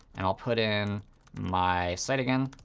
and i'll put in my site again.